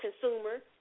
consumer